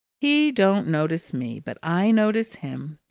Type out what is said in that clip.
he don't notice me, but i notice him.